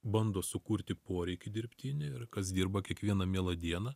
bando sukurti poreikį dirbtinį ir kas dirba kiekvieną mielą dieną